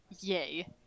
Yay